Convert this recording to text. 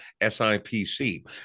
SIPC